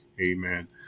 Amen